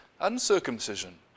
uncircumcision